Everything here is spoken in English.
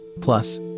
Plus